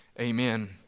amen